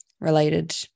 related